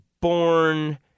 born